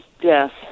death